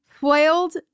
foiled